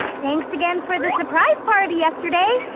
thanks again for the surprise party yesterday.